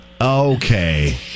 Okay